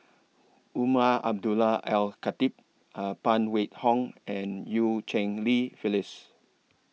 Umar Abdullah Al Khatib Phan Wait Hong and EU Cheng Li Phyllis